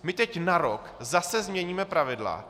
My teď na rok zase změníme pravidla.